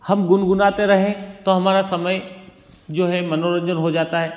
हम गुनगुनाते रहें तो हमारा समय जो है मनोरंजन हो जाता है